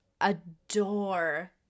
adore